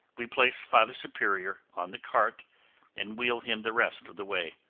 we place father superior on the cart and wheel him the rest of the way,